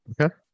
Okay